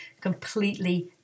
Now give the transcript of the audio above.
completely